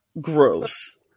gross